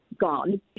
gone